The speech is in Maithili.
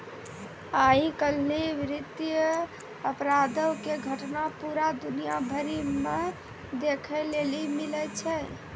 आइ काल्हि वित्तीय अपराधो के घटना पूरा दुनिया भरि मे देखै लेली मिलै छै